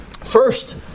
first